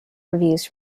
reviews